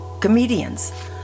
comedians